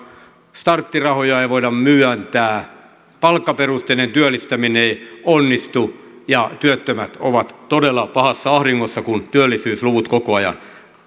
starttirahoja ei voida myöntää palkkaperusteinen työllistäminen ei onnistu ja työttömät ovat todella pahassa ahdingossa kun työllisyysluvut koko ajan